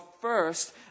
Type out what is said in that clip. first